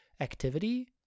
activity